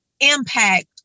impact